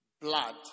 blood